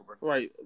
Right